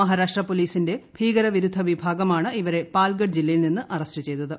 മഹാരാഷ്ട്ര പോലീസിന്റെ ഭീകരവിരുദ്ധ വിഭാഗമാണ് ഇവരെ പാൽഗഡ് ജില്ലയിൽ നിന്ന് അറസ്റ്റ് ചെയ്തത്